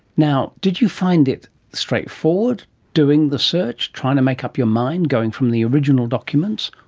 now, did you find it straightforward doing the search, trying to make up your mind, going from the original documents,